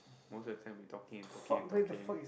most of the time we talking and talking and talking